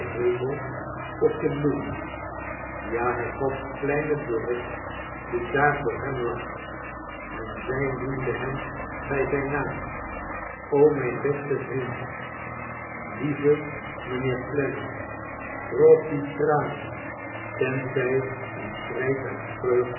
op de bloemen ja het was kleine dorrit die daar voor hem lag en zij noemde hem bij zijn naam mijn beste vriend lieve mijnheer olennam droog die tranen tenzij u schreit uit